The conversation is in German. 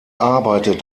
arbeitet